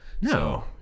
No